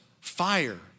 fire